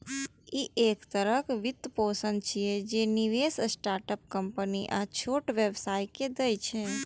ई एक तरहक वित्तपोषण छियै, जे निवेशक स्टार्टअप कंपनी आ छोट व्यवसायी कें दै छै